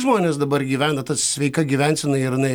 žmonės dabar gyvena tad sveika gyvensena ir jinai